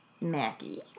Mackie